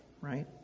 right